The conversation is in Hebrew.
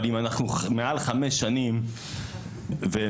אם אנחנו מעל חמש שנים --- איציק,